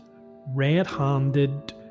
red-handed